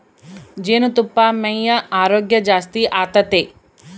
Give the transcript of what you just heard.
ಜೇನುತುಪ್ಪಾ ಮೈಯ ಆರೋಗ್ಯ ಜಾಸ್ತಿ ಆತತೆ